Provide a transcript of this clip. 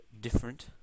different